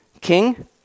king